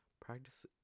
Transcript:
practice